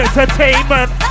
Entertainment